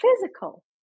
physical